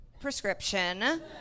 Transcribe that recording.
prescription